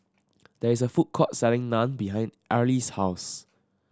there is a food court selling Naan behind Arlie's house